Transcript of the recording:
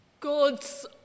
God's